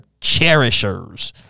cherishers